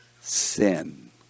Sin